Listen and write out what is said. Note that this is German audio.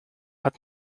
hat